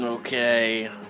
Okay